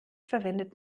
verwendet